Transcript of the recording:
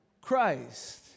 Christ